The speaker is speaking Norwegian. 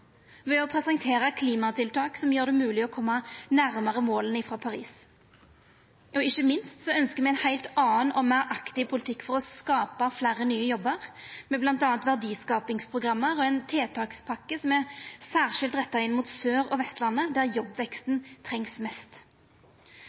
ved å presentera klimatiltak som gjer det mogleg å koma nærare måla frå Paris. Ikkje minst ønskjer me ein heilt annan og meir aktiv politikk for å skapa fleire nye jobbar, med bl.a. verdiskapingsprogram og ein tiltakspakke som er særskilt retta inn mot Sør- og Vestlandet, der jobbveksten